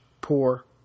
poor